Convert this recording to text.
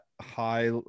high